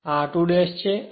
અને આ r2 છે